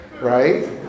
right